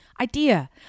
idea